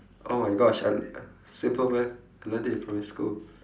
oh my gosh I I simple math I learnt it in primary school